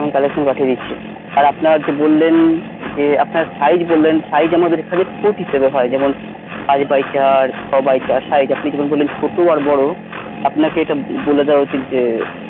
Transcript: আমি কালেকশন পাঠিয়ে দিচ্ছি আর আপনার যে বললেন যে আপনার সাইজ বললেন সাইজ আমাদের এখানে ফুট হিসাবে হয় যেমন পাঁচ বাই চার ছ বাই সাড়ে চার আপনি যেমন বললেন ছোট আর বড় আপনাকে এটা বলে দেওয়া উচিত যে